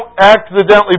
accidentally